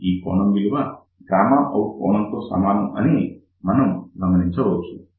ఈ కోణం విలువ out కోణం తో సమానం అని మనం గమనించవచ్చు